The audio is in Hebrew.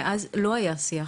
מאז לא היה שיח,